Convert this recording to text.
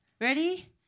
Ready